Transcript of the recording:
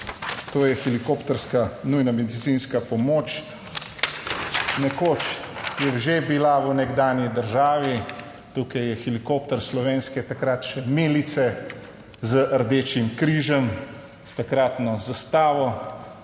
to je helikopterska nujna medicinska pomoč. Nekoč je že bila v nekdanji državi. Tukaj je helikopter slovenske, takrat milice z rdečim križem s takratno zastavo